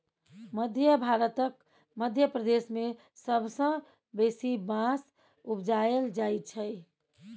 मध्य भारतक मध्य प्रदेश मे सबसँ बेसी बाँस उपजाएल जाइ छै